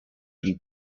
been